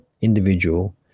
individual